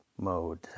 mode